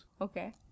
Okay